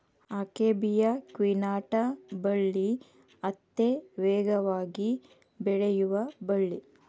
akebia quinata ಬಳ್ಳಿ ಅತೇ ವೇಗವಾಗಿ ಬೆಳಿಯು ಬಳ್ಳಿ